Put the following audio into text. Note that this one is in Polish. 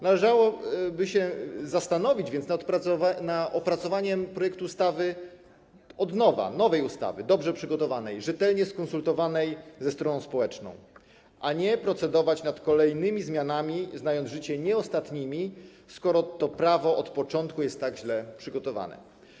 Należałoby więc zastanowić się nad opracowaniem projektu nowej ustawy, dobrze przygotowanej, rzetelnie skonsultowanej ze stroną społeczną, a nie procedować nad kolejnymi zmianami, znając życie, nieostatnimi, skoro to prawo od początku jest tak źle przygotowane.